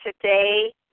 today